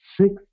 six